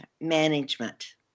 management